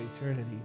eternity